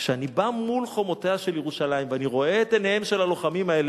כשאני בא מול חומותיה של ירושלים ואני רואה את עיניהם של הלוחמים האלה,